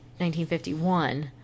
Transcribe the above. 1951